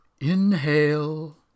Inhale